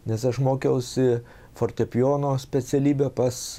nes aš mokiausi fortepijono specialybę pas